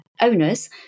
owners